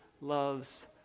loves